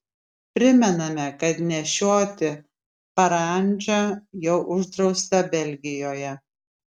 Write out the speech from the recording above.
primename kad nešioti parandžą jau uždrausta belgijoje